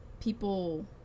people